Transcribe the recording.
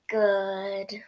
good